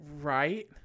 right